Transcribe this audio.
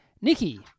Nikki